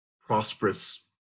prosperous